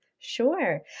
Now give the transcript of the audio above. Sure